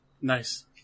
Nice